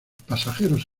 pasajeros